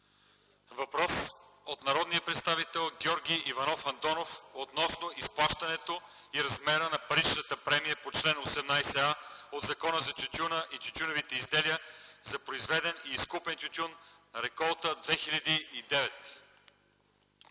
Въпрос от народния представител Георги Иванов Андонов относно изплащането и размера на паричната премия по чл. 18а от Закона за тютюна и тютюневите изделия за произведен и изкупен тютюн - реколта 2009